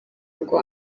ngo